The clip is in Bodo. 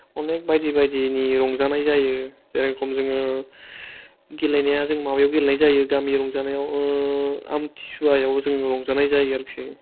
अनेक बायदि बायदिनि रंजानाय जायो जेरखम जोङो गेलेनाया जों माबेयाव गेलेनाय जायो गामि रंजानायाव आमथिसुवायाव जों रंजानाय जायो आरोखि